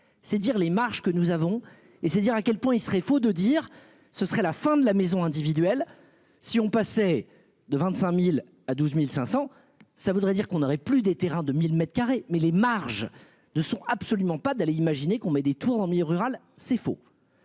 C'est dire les marges que nous avons et c'est dire à quel point il serait faux de dire ce serait la fin de la maison individuelle si on passait de 25.000 à 12.500. Ça voudrait dire qu'on aurait plus des terrains de 1000 m2, mais les marges ne sont absolument pas d'aller imaginer qu'on met des tours en milieu rural, c'est faux.